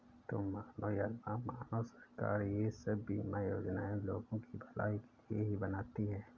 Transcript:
तुम मानो या न मानो, सरकार ये सब बीमा योजनाएं लोगों की भलाई के लिए ही बनाती है